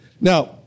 Now